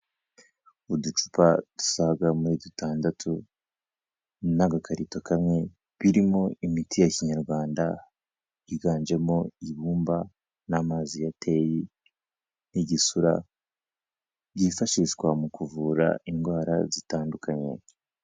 Uducupa dusaga muri dutandatu n'agakarito kamwe, birimo imiti ya kinyarwanda yiganjemo ibumba n'amazi ya teyi n'igisura, byifashishwa mu kuvura indwara zitandukanye.